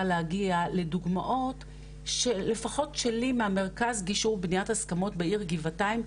להגיע לדוגמאות שלפחות שלי מהמרכז גישור בניית הסכמות בעיר גבעתיים,